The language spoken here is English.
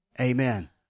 Amen